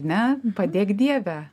ne padėk dieve